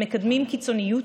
המקדמים קיצוניות,